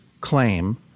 claim